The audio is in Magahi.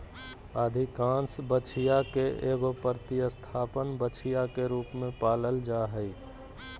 अधिकांश बछिया के एगो प्रतिस्थापन बछिया के रूप में पालल जा हइ